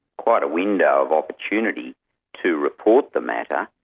quite a window of opportunity to report the matter,